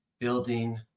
Building